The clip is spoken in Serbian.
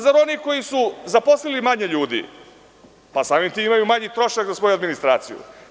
Zar oni koji su zaposlili manje ljudi, samim tim imaju i trošak za svoju administraciju.